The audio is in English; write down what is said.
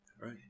Right